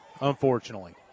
unfortunately